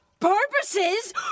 Purposes